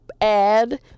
add